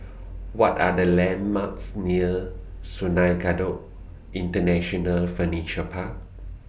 What Are The landmarks near Sungei Kadut International Furniture Park